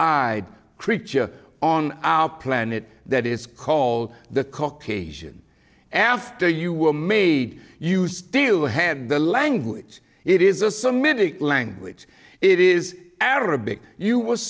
eyed creature on our planet that is called the caucasian after you were made you still have the language it is a semitic language it is arabic you w